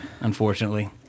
Unfortunately